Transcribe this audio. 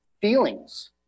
feelings